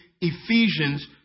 Ephesians